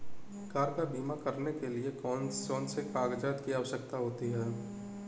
Car का बीमा करने के लिए कौन कौन से कागजात की आवश्यकता होती है?